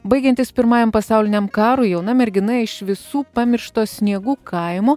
baigiantis pirmajam pasauliniam karui jauna mergina iš visų pamiršto sniegų kaimo